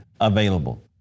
available